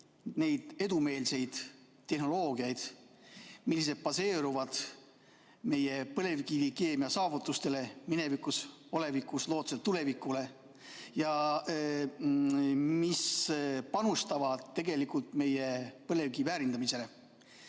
neid edumeelseid tehnoloogiaid, mis baseeruvad meie põlevkivikeemia saavutustel minevikus, olevikus ja lootustel tulevikus ja mis panustavad meie põlevkivi väärindamisele.